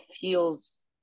feels